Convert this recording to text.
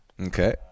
Okay